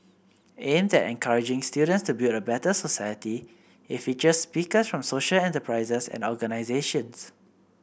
aimed at encouraging students to build a better society it features speakers from social enterprises and organisations